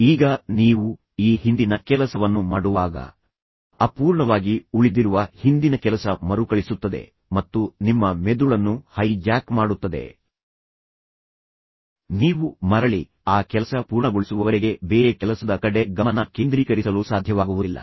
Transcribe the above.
ಈಗ ನೀವು ಈ ಹಿಂದಿನ ಕೆಲಸವನ್ನು ಮಾಡುವಾಗ ಅಪೂರ್ಣವಾಗಿ ಉಳಿದಿರುವ ಹಿಂದಿನ ಕೆಲಸ ಮರುಕಳಿಸುತ್ತದೆ ಮತ್ತು ನಿಮ್ಮ ಮೆದುಳನ್ನು ಹೈ ಜ್ಯಾಕ್ ಮಾಡುತ್ತದೆ ನೀವು ಮರಳಿ ಆ ಕೆಲಸ ಪೂರ್ಣಗೊಳಿಸುವವರೆಗೆ ಬೇರೆ ಕೆಲಸದ ಕಡೆ ಗಮನ ಕೇಂದ್ರೀಕರಿಸಲು ಸಾಧ್ಯವಾಗುವುದಿಲ್ಲ